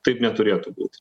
taip neturėtų būt